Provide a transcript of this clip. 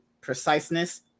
preciseness